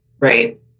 right